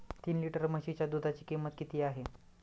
तीन लिटर म्हशीच्या दुधाची किंमत किती आहे?